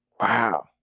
Wow